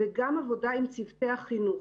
וגם עבודה עם צוותי החינוך.